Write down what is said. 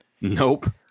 Nope